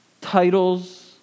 titles